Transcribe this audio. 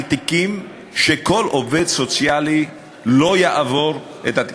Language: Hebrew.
תיקים שכל עובד סוציאלי לא יעבור אותו,